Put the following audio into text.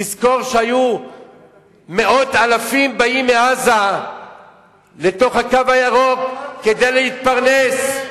תזכור שמאות אלפים היו באים מעזה לתוך "הקו הירוק" כדי להתפרנס.